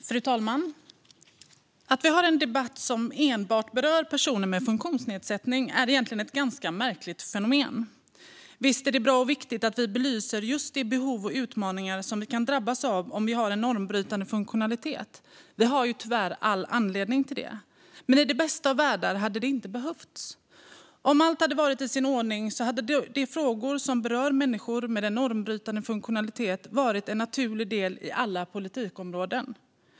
Fru talman! Att vi har en debatt som enbart berör personer med funktionsnedsättning är egentligen ett ganska märkligt fenomen. Visst är det bra och viktigt att vi belyser just de behov och utmaningar som vi kan drabbas av om vi har en normbrytande funktionalitet. Vi har ju tyvärr all anledning till det. Men i den bästa av världar hade det inte behövts. Om allt hade varit i sin ordning hade de frågor som berör människor med normbrytande funktionalitet varit en naturlig del av alla politikområden.